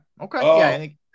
okay